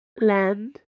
Land